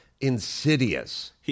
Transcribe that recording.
insidious